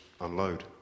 unload